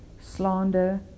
slander